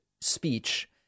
speech